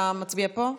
אתה מצביע פה?